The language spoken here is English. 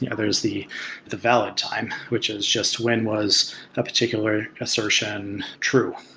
yeah there's the the valid time which is just when was a particular assertion true.